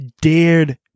dared